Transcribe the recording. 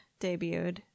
debuted